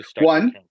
One